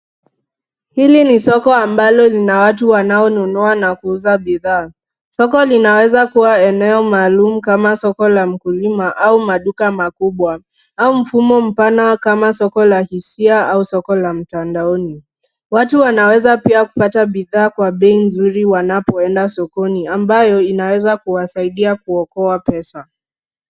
Hili ni soko ambalo lina watu wanaonunua na kuuza bidhaa. Soko linaweza kuwa eneo maalumu kama soko la mkulima au maduka makubwa, au mfumo mpana kama soko la hisia au soko la mtandaoni. Watu wanaweza pia kupata bidhaa kwa bei nzuri wanapoenda sokoni ambayo inaweza kuwasaidia kuokoa pesa.